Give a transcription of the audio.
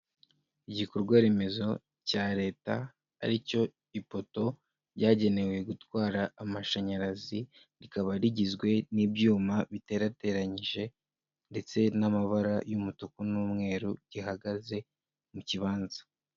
Igikorwa remezo cya leta, ari cyo ipoto ryagenewe gutwara amashanyarazi, rikaba rigizwe n'ibyuma biterateranyije ndetse n'amabara y'umutuku n'umweru gihagaze mu kibanza.